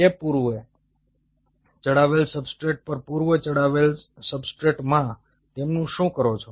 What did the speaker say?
તે પૂર્વ ચડાવેલ સબસ્ટ્રેટ પર પૂર્વ ચડાવેલ સબસ્ટ્રેટમા તમે શું કરો છો